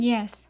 Yes